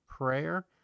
Prayer